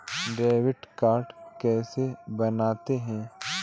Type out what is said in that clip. Debit card कैसे बनता है?